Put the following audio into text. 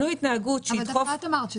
אבל דווקא את אמרת,